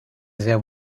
sehr